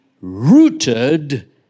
rooted